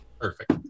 Perfect